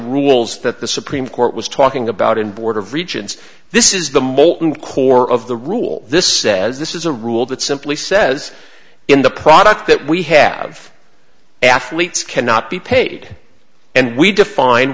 rules that the supreme court was talking about in board of regents this is the molten core of the rule this says this is a rule that simply says in the product that we have athletes cannot be paid and we define